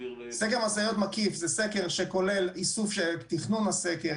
סקר משאיות מקיף זה סקר שכולל תכנון הסקר,